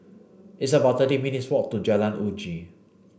it's about thirty minutes' walk to Jalan Uji